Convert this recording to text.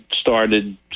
started